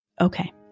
Okay